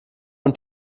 und